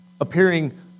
appearing